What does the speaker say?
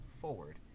forward